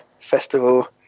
Festival